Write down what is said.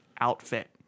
Outfit